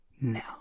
Now